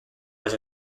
was